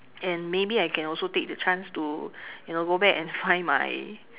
and maybe I can also take the chance to you know go back and find my